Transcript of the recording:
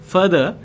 Further